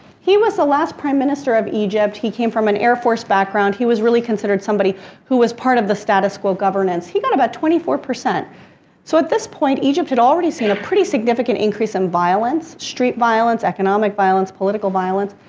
he was the last prime minister of egypt. he came from an air force background, he was really considered somebody who was part of the status-quo governance. he got about twenty four. so, at this point egypt had already seen a pretty significant increase in violence, street violence, economic violence, political violence.